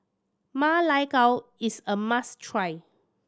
Ma Lai Gao is a must try